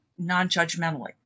non-judgmentally